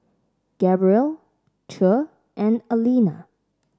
Gabrielle Che and Aleena